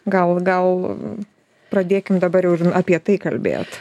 gal gal pradėkim dabar jau apie tai kalbėt